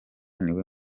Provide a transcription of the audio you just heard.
niwe